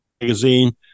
magazine